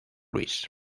luis